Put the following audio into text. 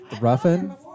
Ruffin